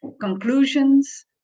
conclusions